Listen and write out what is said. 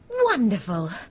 Wonderful